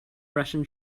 russian